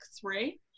three